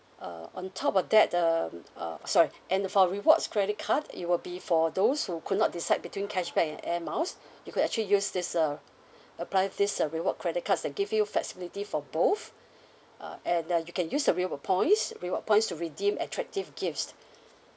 uh on top of that the um uh sorry and uh for rewards credit card it will be for those who could not decide between cashback and air miles you could actually use this uh apply this uh reward credit cards that give you flexibility for both uh and uh you can use this reward points reward points to redeem attractive gifts